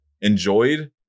enjoyed